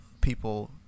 people